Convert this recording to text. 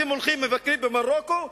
אתם הולכים ומבקרים במרוקו,